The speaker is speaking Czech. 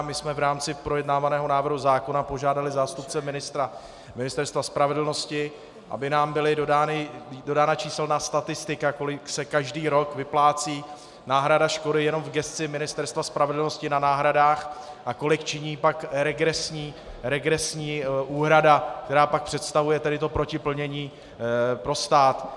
My jsme v rámci projednávaného návrhu zákona požádali zástupce Ministerstva spravedlnosti, aby nám byla dodána číselná statistika, kolik se každý rok vyplácí náhrada škody jenom v gesci Ministerstva spravedlnosti na náhradách a kolik činí pak regresní úhrada, která pak představuje to protiplnění pro stát.